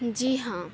جی ہاں